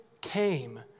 came